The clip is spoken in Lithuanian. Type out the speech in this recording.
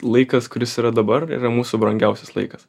laikas kuris yra dabar yra mūsų brangiausias laikas